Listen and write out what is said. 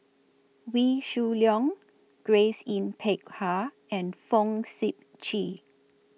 Wee Shoo Leong Grace Yin Peck Ha and Fong Sip Chee